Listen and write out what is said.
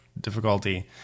difficulty